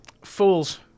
Fools